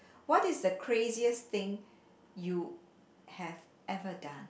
what is the craziest thing you have ever done